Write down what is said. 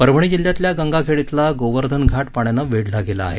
परभणी जिल्ह्यातल्या गंगाखेड इथला गोवर्धन घाट पाण्यानं वेढला आहे